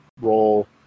role